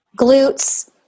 glutes